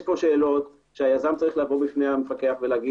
יש פה שאלות שהיזם צריך לבוא בפני המפקח ולומר